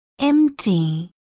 Empty